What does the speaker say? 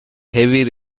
heavy